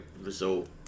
result